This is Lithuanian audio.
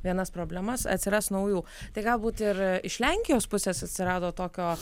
vienas problemas atsiras naujų tai galbūt ir iš lenkijos pusės atsirado tokio